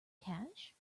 cash